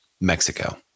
Mexico